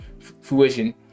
Fruition